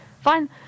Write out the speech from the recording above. fine